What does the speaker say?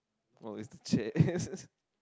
oh is the chairs